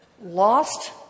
lost